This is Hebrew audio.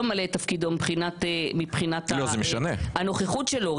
ממלא את תפקידו מבחינת הנוכחות שלו --- לא,